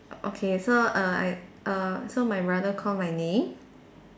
okay so err I err so my brother call my name